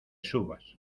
subas